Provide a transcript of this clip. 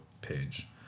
page